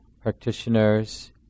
practitioners